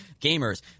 gamers